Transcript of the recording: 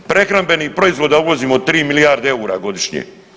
Prehrambenih proizvoda uvozimo 3 milijarde eura godišnje.